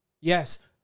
Yes